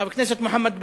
חבר הכנסת מוחמד ברכה.